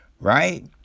Right